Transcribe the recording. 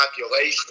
population